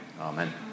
amen